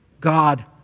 God